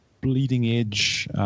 bleeding-edge